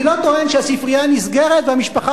אני לא טוען שהספרייה נסגרת והמשפחה